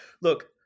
look